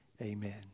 Amen